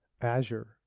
Azure